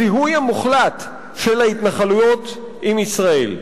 הזיהוי המוחלט של ההתנחלויות עם ישראל.